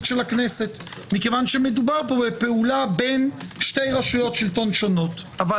של הכנסת כי מדובר פה בפעולה בין שתי רשויות שלטון שונות אבל